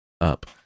up